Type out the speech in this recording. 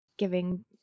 giving